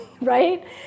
right